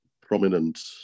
prominent